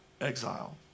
exile